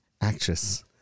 actress